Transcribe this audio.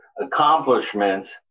accomplishments